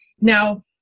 Now